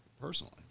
personally